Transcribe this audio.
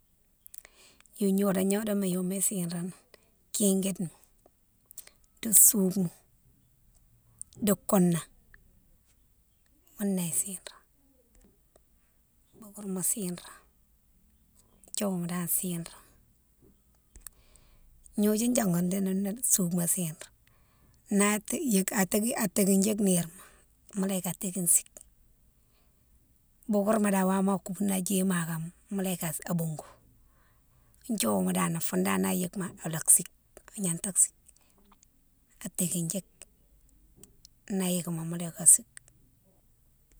Ignodon gnodoma yomé chiréni, kiguima, di sougouma, di konna. Ghounné siréne, bougourma chiréna, ithiouwouma dane chiréna. gnodiou yongoni di nini soubema chiréna yike, a tékine yike nirema ma mola yike atékine sike. Bougourma dane woma akoubouni a djéye makama mola yike a boungkou, ithiowouma dane foune dane na yéye makama alo sike agnata sike, atékine yike, na yikine mo mola yike a sike.